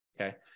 okay